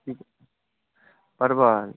परवल